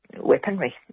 weaponry